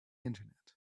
internet